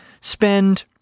spend